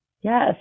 Yes